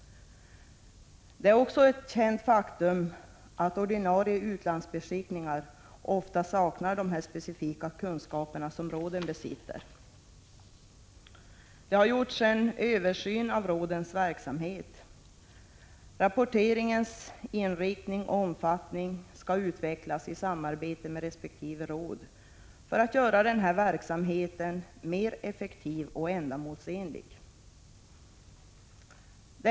Det är också ett känt faktum att ordinarie utlandsbeskickningar ofta saknar de specifika kunskaper som råden besitter. En översyn har gjorts av rådens verksamhet. Där framhålls att rapporteringens inriktning och omfattning skall utvecklas i samarbete med resp. råd för att verksamheten skall bli effektiv och ändamålsenlig.